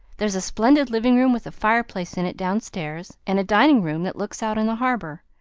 there's a splendid living room with a fireplace in it downstairs, and a dining room that looks out on the harbor,